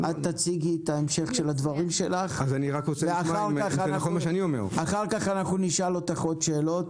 תציגי את המשך הדברים שלך ואחר כך נשאל אותך עוד שאלות.